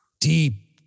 Deep